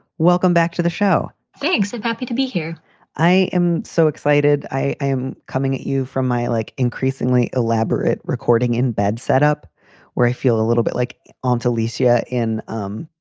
welcome back to the show thanks and happy to be here i am so excited. i i am coming at you from my, like, increasingly elaborate recording in bed setup where i feel a little bit like onto leesha in um